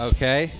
Okay